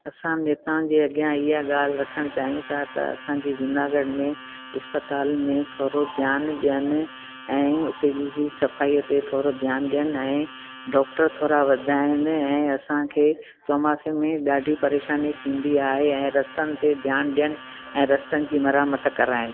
असांजे हितां अॻियां हीअं ॻाल्हि रखणु चाहियूं था त असांजे जूनागढ़ में अस्पताल में थोरो ध्यानु ॾियनि ऐं हुते जीअं सफ़ाईअ ते थोरो ध्यानु ॾियनि ऐं डॉक्टर थोरा वधाइनि ऐं असांखे चौमास में ॾाढी परेशानी थींदी आहे ऐं रस्तनि ते ध्यानु ॾियनि ऐं रस्तनि जी मरम्मत कराइनि